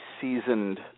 seasoned